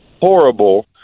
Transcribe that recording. horrible